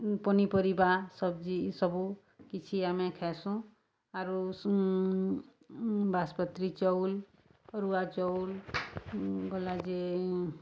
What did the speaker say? ପନିପରିବା ସବ୍ଜି ଇସବୁ କିଛି ଆମେ ଖାଏସୁଁ ଆରୁ ବାସପତ୍ରୀ ଚାଉଲ୍ ଅରୁଆ ଚଉଲ୍ ଗଲା ଯେ